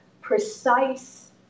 precise